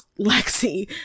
lexi